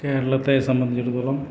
കേരളത്തെ സംബന്ധിച്ചിടത്തോളം